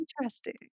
interesting